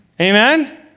Amen